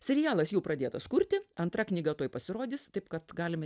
serialas jau pradėtas kurti antra knyga tuoj pasirodys taip kad galime